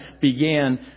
began